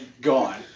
gone